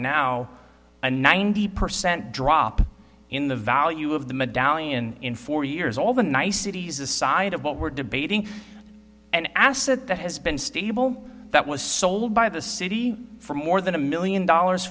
now a ninety percent drop in the value of the medallion in four years all the niceties aside of what we're debating an asset that has been stable that was sold by the city for more than a million dollars